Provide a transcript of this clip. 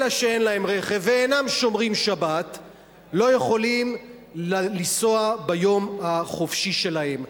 אלה שאין להם רכב ואינם שומרים שבת לא יכולים לנסוע ביום החופשי שלהם.